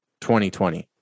2020